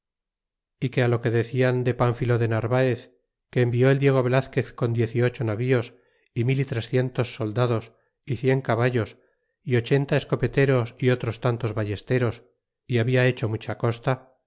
e que lo que decían de pánfilo de narvaer que envió el diego velazquez con diez y ocho navíos y mil y trescientos soldados y cien caballos y ochenta escopeteros otros tantos ballesteros é había hecho mucha costa